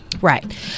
Right